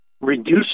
reduce